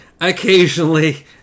occasionally